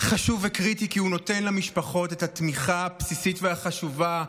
חשוב וקריטי כי הוא נותן למשפחות את התמיכה הבסיסית והחשובה,